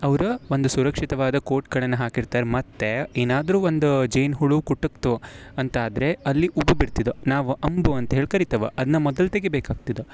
ಅವರ ಒಂದು ಸುರಕ್ಷಿತವಾದ ಕೋಟ್ಗಳನ್ನು ಹಾಕಿರ್ತಾರೆ ಮತ್ತು ಏನಾದ್ರೂ ಒಂದು ಜೇನು ಹುಳು ಕುಟಕಿತು ಅಂತಾದರೆ ಅಲ್ಲಿ ಉಂಬ್ ಬಿಡ್ತಿದ್ದೊ ನಾವು ಅಂಬು ಅಂಥೇಳಿ ಕರಿತೇವ ಅದನ್ನ ಮೊದಲು ತೆಗಿಬೇಕಾಗ್ತಿದೆ